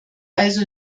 also